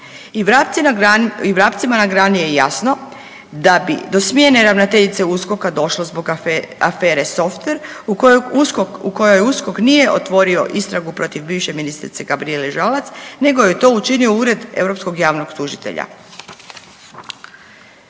i vrapcima na grani je jasno da bi do smjene ravnateljice USKOK-a došlo zbog afere softver u kojoj USKOK, u kojoj USKOK nije otvorio istragu protiv bivše ministrice Gabrijele Žalac nego je to učinio Ured europskog javnog tužitelja.